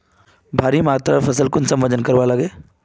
भारी मात्रा फसल कुंसम वजन करवार लगे?